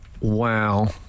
Wow